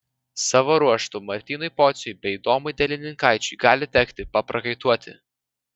savo ruožtu martynui pociui bei tomui delininkaičiui gali tekti paprakaituoti